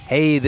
Hey